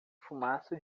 fumaça